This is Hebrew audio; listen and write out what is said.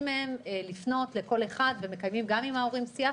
מהם לפנות לכל אחד ומקיימים גם עם ההורים שיח,